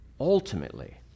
ultimately